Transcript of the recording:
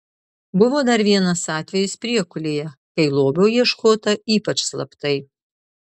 buvo dar vienas atvejis priekulėje kai lobio ieškota ypač slaptai